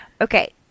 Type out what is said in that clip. Okay